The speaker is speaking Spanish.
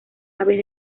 aves